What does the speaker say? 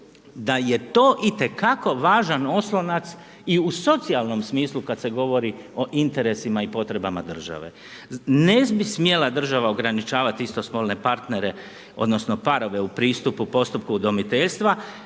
da je to itekako važan oslonac i u socijalnom smislu kad se govori o interesima i potrebama države. Ne bi smjela država ograničavati istospolne partnere odnosno parove u pristupu, postupku udomiteljstva